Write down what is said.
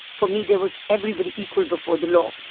for me there was everybody equal before the law,